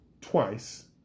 twice